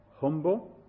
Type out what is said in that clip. humble